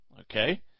Okay